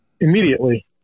immediately